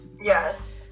Yes